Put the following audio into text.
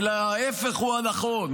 אלא ההפך הוא הנכון,